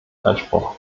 anspruch